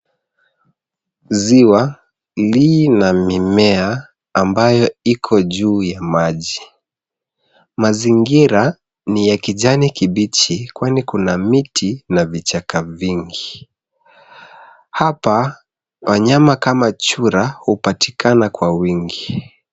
Ziwa lii na mimea ambayo iko juu ya maji, mazingira ni ya kijani kibichi kwani kuna miti na vichaka vingi, hapa wanyama kama chura hupatikana kwa wingi.